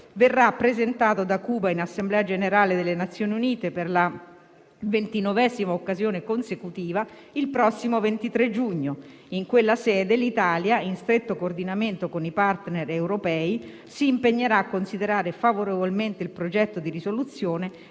verrà presentato da Cuba in Assemblea generale delle Nazioni Unite per la ventinovesima occasione consecutiva il prossimo 23 giugno. In quella sede l'Italia, in stretto coordinamento con i *partner* europei, si impegnerà a considerare favorevolmente il progetto di risoluzione